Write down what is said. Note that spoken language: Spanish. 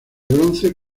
bronce